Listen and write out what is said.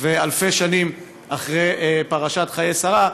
ואלפי שנים אחרי פרשת חיי שרה,